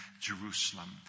Jerusalem